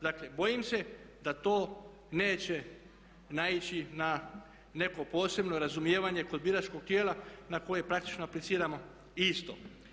Dakle, bojim se da to neće naići na neko posebno razumijevanje kod biračkog tijela na koje praktično apliciramo isto.